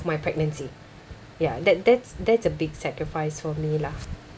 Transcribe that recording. my pregnancy ya that that's that's a big sacrifice for me lah